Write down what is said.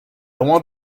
want